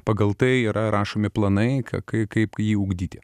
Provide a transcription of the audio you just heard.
pagal tai yra rašomi planai kai kaip jį ugdyti